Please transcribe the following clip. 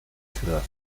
ciudad